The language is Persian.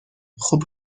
خوب